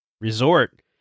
resort